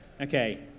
Okay